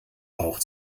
auch